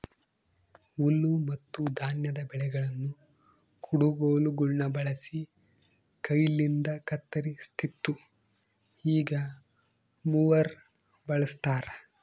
ಹುಲ್ಲುಮತ್ತುಧಾನ್ಯದ ಬೆಳೆಗಳನ್ನು ಕುಡಗೋಲುಗುಳ್ನ ಬಳಸಿ ಕೈಯಿಂದಕತ್ತರಿಸ್ತಿತ್ತು ಈಗ ಮೂವರ್ ಬಳಸ್ತಾರ